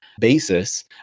basis